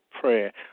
prayer